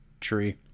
tree